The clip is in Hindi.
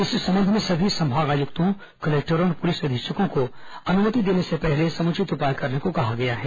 इस संबंध में सभी संभाग आयुक्तों कलेक्टरों और पुलिस अधीक्षकों को अनुमति देने से पहले समुचित उपाय करने को कहा गया है